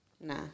Nah